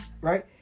right